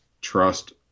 trust